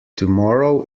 tomorrow